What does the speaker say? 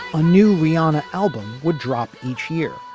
a new riana album would drop each year,